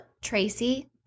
tracy